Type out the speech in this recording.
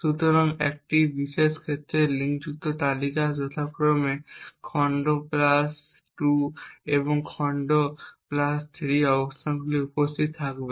সুতরাং এই বিশেষ ক্ষেত্রে লিঙ্কযুক্ত তালিকাগুলি যথাক্রমে খণ্ড প্লাস 2 এবং খণ্ড প্লাস 3 অবস্থানগুলিতে উপস্থিত থাকবে